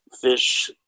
fish